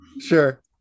Sure